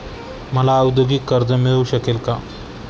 मला औद्योगिक कर्ज मिळू शकेल का?